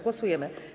Głosujemy.